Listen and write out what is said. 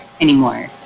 anymore